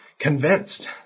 convinced